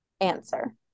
answer